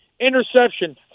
interception